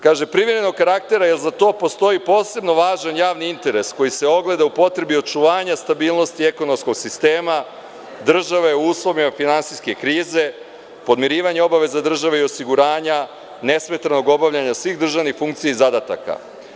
Kaže – privremenog karaktera, jer za to postoji posebno važan javni interes koji se ogleda u potrebi očuvanja stabilnosti ekonomskog sistema države u uslovima finansijske krize, podmirivanje obaveza države i osiguranja, ne smetanog obavljanja svih državnih funkcija i zadataka.